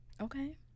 Okay